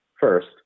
First